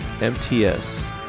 MTS